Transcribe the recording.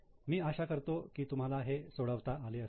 मी आशा करतो की तुम्हाला ते सोडवता आले असेल